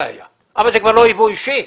אבל זה כבר לא יבוא אישי.